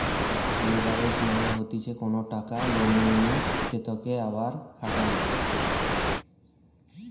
leverage মানে হতিছে কোনো টাকা লোনে নিয়ে সেতকে আবার খাটানো